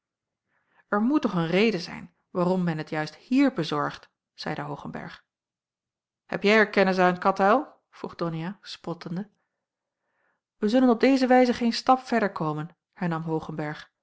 er moet toch een reden zijn waarom men het juist hier bezorgt zeide hoogenberg heb jij er kennis aan katuil vroeg donia spottende wij zullen op deze wijze geen stap verder komen hernam hoogenberg